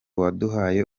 waduhaye